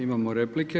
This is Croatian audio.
Imamo replike.